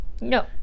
No